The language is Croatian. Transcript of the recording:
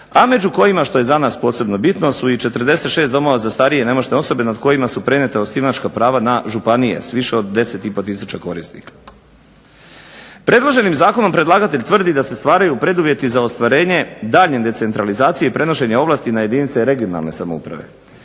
a među kojima što je za nas posebno bitno su i 46 domova za starije i nemoćne osobe nad kojima su prenijeta osnivačka prava na županije s više od 10 i pol tisuća korisnika. Predloženim zakonom predlagatelj tvrdi da se stvaraju preduvjeti za ostvarenje daljnje decentralizacije i prenošenje ovlasti na jedinice regionalne samouprave.